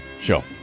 show